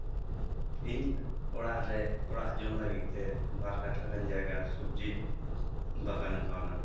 ᱤᱧ ᱚᱲᱟᱜ ᱨᱮ ᱚᱲᱟᱜ ᱡᱚᱢ ᱞᱟᱹᱜᱤᱫᱛᱮ ᱵᱟᱨ ᱠᱟᱴᱷᱟ ᱜᱟᱱ ᱡᱟᱭᱜᱟ ᱥᱚᱵᱽᱡᱤᱧ ᱵᱟᱜᱟᱱ ᱠᱟᱣᱱᱟ